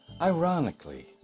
Ironically